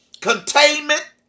containment